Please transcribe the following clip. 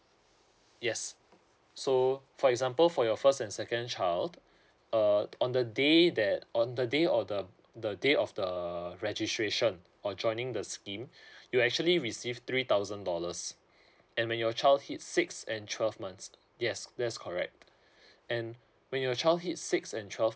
yes so for example for your first and second child uh on the day that on the day or the the day of the registration or joining the scheme you actually receive three thousand dollars and when your child hit six and twelve months yes that's correct and when your child hit six and twelve